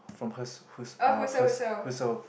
from huss~ huss~ uh huss~ Husserl